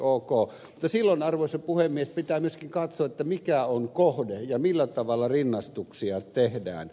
mutta silloin arvoisa puhemies pitää myöskin katsoa mikä on kohde ja millä tavalla rinnastuksia tehdään